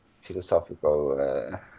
philosophical